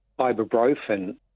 ibuprofen